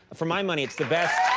for my money it's the best